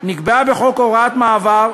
נקבעה בחוק הוראת מעבר,